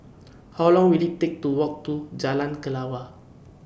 How Long Will IT Take to Walk to Jalan Kelawar